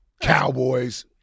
Cowboys